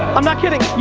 i'm not kidding,